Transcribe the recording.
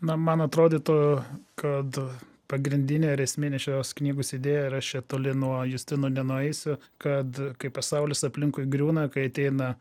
na man atrodytų kad pagrindinė ir esminė šios knygos idėja ir aš čia toli nuo justino nenueisiu kad kai pasaulis aplinkui griūna kai ateina